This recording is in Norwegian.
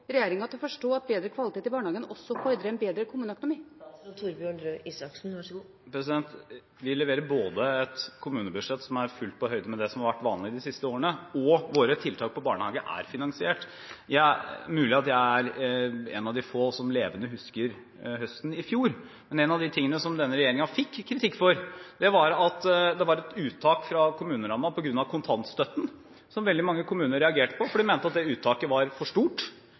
forstå at bedre kvalitet i barnehagene også fordrer en bedre kommuneøkonomi? Vi leverer et kommunebudsjett som er fullt på høyde med det som har vært vanlig de siste årene, og våre tiltak for barnehagene er finansiert. Det er mulig at jeg er en av de få som levende husker høsten i fjor. En av de tingene som denne regjeringen fikk kritikk for, var at det var et uttak fra kommunerammen på grunn av kontantstøtten, som veldig mange kommuner reagerte på, fordi de mente at det uttaket var for stort.